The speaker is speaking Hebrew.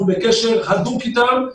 אנחנו בקשר הדוק איתם.